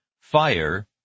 fire